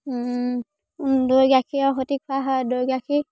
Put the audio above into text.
দৈ গাখীৰৰ সৈতে খোৱা হয় দৈ গাখীৰ